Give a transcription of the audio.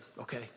okay